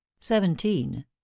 seventeen